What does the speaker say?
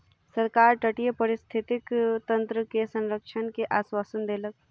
सरकार तटीय पारिस्थितिकी तंत्र के संरक्षण के आश्वासन देलक